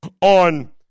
on